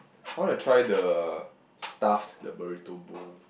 I want to try the Stuff'd the burrito bull